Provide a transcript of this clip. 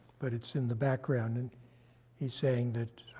but it's in the background, and he's saying that